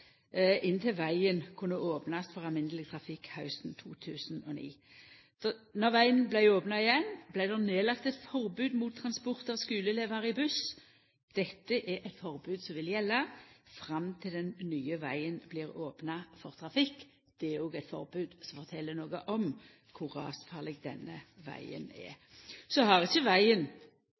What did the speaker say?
inntil vegen kunne opnast for alminneleg trafikk hausten 2009. Då vegen vart opna igjen, vart det nedlagt eit forbod mot transport av skuleelevar i buss. Dette er eit forbod som vil gjelda fram til den nye vegen blir opna for trafikk. Det er òg eit forbod som fortel noko om kor rasfarleg denne vegen er. Vegen har ikkje